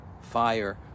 fire